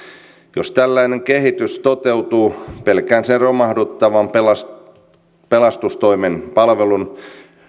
jos tällainen kehitys toteutuu pelkään sen romahduttavan pelastustoimen pelastustoimen palvelun